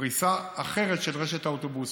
פריסה אחרת של רשת האוטובוסים.